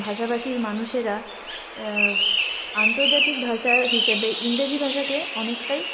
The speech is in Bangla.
ভাষা ভাষির মানুষেরা আন্তর্জাতিক ভাষার হিসাবে ইংরেজি ভাষাকে অনেকটাই